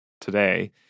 today